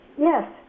yes